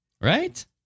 right